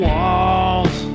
walls